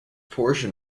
portion